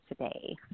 today